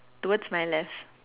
towards my left